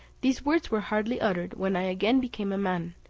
these words were hardly uttered, when i again became a man,